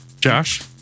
Josh